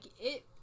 it-